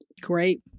Great